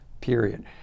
period